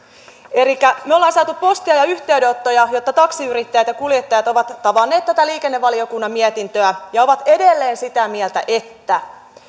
elikkä me olemme saaneet postia ja yhteydenottoja että taksiyrittäjät ja kuljettajat ovat tavanneet tätä liikennevaliokunnan mietintöä ja ovat edelleen sitä mieltä että